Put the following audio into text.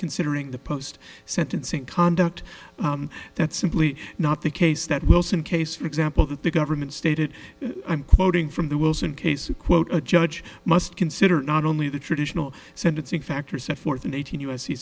considering the post sentencing conduct that's simply not the case that wilson case for example that the government stated i'm quoting from the wilson case a quote a judge must consider not only the traditional sentencing factor set forth in eighteen u s c